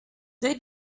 they